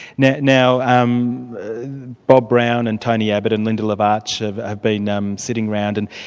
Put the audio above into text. now now um bob brown and tony abbott and linda lavarch have have been um sitting around and